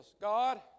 God